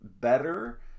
better